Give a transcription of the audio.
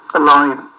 alive